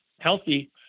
healthy